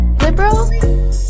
liberal